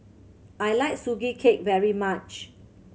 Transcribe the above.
I like Sugee Cake very much